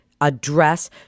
address